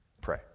pray